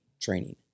training